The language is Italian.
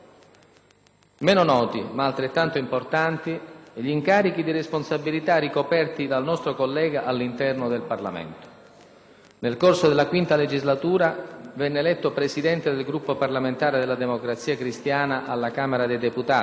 Meno noti, ma altrettanto importanti, gli incarichi di responsabilità ricoperti dal nostro collega all'interno del Parlamento. Nel corso della V legislatura, venne eletto Presidente del Gruppo parlamentare della Democrazia Cristiana alla Camera dei deputati,